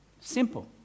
Simple